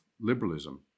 liberalism